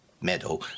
meadow